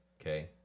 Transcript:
Okay